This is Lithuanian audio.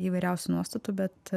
įvairiausių nuostatų bet